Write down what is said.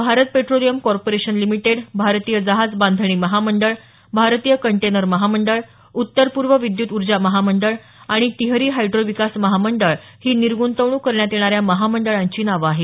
Bharat petroleum corporation limited भारतीय जहाज बांधणी महामंडळ भारतीय कंटेनर महामंडळ उत्तर पूर्व विद्यत ऊर्जा महामंडळ आणि टिहरी हायड्रोविकास महामंडळ अशी निर्गृंतवणूक करण्यात येणाऱ्या महामंडळांची नावे आहेत